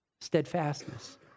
steadfastness